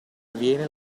avviene